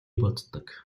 боддог